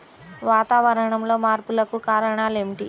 వాతావరణంలో మార్పులకు కారణాలు ఏమిటి?